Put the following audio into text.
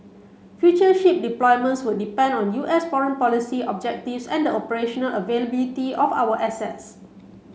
future ship deployments would depend on U S foreign policy objectives and the operational availability of our assets